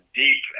deep